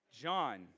John